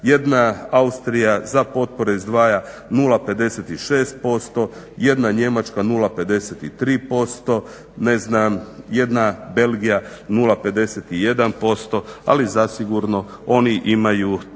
Jedna Austrija za potpore izdvaja 0,56%, jedna Njemačka 0,53%, ne znam, jedna Belgija 0,51%, ali zasigurno oni imaju